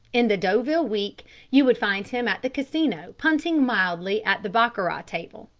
in the deauville week you would find him at the casino punting mildly at the baccarat table.